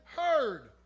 heard